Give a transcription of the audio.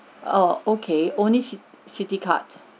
oh okay only cit~ citI card